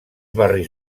barris